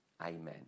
Amen